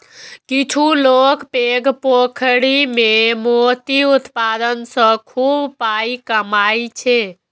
किछु लोक पैघ पोखरि मे मोती उत्पादन सं खूब पाइ कमबै छै